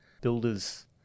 builders